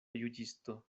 juĝisto